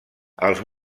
els